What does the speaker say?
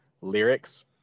lyrics